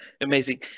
amazing